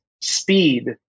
speed